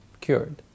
cured